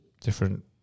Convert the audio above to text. different